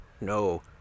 No